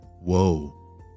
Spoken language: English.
whoa